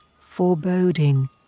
foreboding